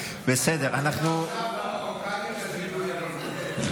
היא יחידה באמת מפוארת,